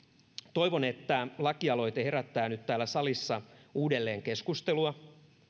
toivon että lakialoite herättää nyt täällä salissa uudelleen keskustelua